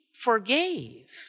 forgave